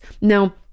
Now